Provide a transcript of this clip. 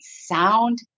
sound